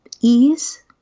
ease